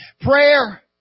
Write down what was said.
Prayer